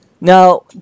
Now